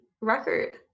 record